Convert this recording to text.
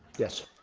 yes.